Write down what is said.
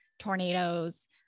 tornadoes